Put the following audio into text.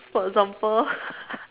for example